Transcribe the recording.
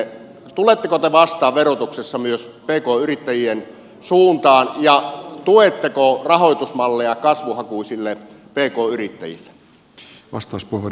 tuletteko te vastaan verotuksessa myös pk yrittäjien suuntaan ja tuetteko rahoitusmalleja kasvuhakuisille pk yrittäjille